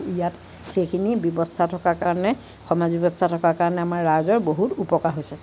ইয়াত সেইখিনি ব্যৱস্থা থকাৰ কাৰণে সমাজ ব্যৱস্থা থকাৰ কাৰণে আমাৰ ৰাইজৰ বহুত উপকাৰ হৈছে